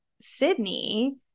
Sydney